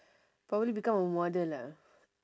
probably become a model ah